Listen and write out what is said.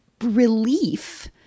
relief